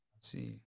See